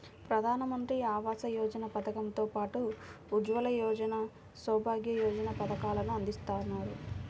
ప్రధానమంత్రి ఆవాస యోజన పథకం తో పాటు ఉజ్వల యోజన, సౌభాగ్య యోజన పథకాలను అందిత్తన్నారు